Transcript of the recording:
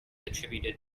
attributed